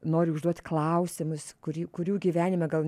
nori užduot klausimus kurį kurių gyvenime gal